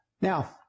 Now